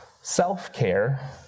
self-care